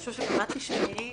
שחשוב שגם את תשמעי: